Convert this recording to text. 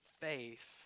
faith